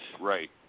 Right